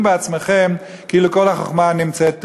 בעצמכם כאילו כל החוכמה נמצאת בידיכם.